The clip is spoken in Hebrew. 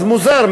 אז מוזר,